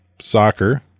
soccer